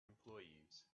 employees